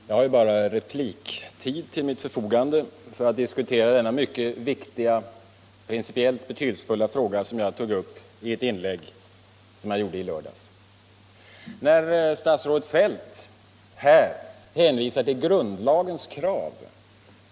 Herr talman! Jag har bara repliktid till mitt förfogande för att diskutera den mycket viktiga och speciellt betydelsefulla fråga som jag 10g upp i ett inlägg i lördags. Statsrådet Feldt hänvisar till grundlagens krav.